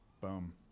Boom